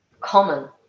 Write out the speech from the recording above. common